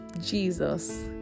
jesus